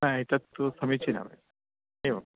एतत्तु समीचीनं एवं